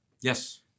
Yes